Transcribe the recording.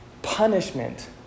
punishment